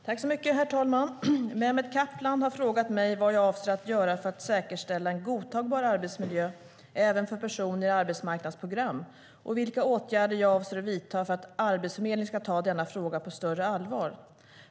Herr talman! Mehmet Kaplan har frågat mig vad jag avser att göra för att säkerställa en godtagbar arbetsmiljö även för personer i arbetsmarknadsprogram och vilka åtgärder jag avser att vidta för att Arbetsförmedlingen ska ta denna fråga på större allvar.